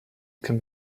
can